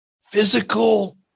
physical